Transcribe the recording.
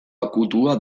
akutua